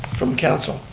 from council?